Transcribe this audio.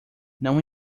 não